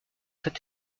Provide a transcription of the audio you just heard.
cette